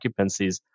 occupancies